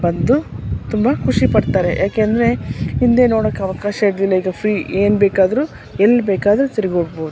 ಬಂದು ತುಂಬ ಖುಷಿಪಡ್ತಾರೆ ಯಾಕೆ ಅಂದರೆ ಹಿಂದೆ ನೋಡೋಕೆ ಅವಕಾಶ ಇದ್ದಿಲ್ಲ ಈಗ ಫ್ರೀ ಏನ್ಬೇಕಾದ್ರು ಎಲ್ಲಿ ಬೇಕಾದ್ರೂ ತಿರುಗಾಡ್ಬೋದು